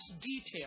detail